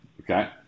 Okay